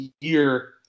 year